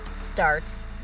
starts